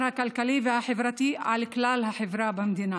הכלכלי והחברתי על כלל החברה במדינה.